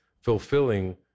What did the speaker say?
fulfilling